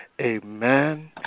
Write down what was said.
amen